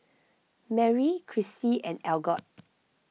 Merrie Cristy and Algot